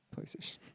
PlayStation